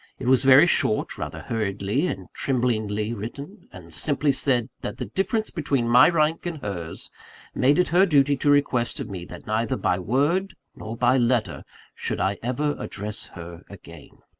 it was very short rather hurriedly and tremblingly written and simply said that the difference between my rank and hers made it her duty to request of me, that neither by word nor by letter should i ever address her again.